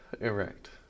Erect